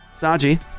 Saji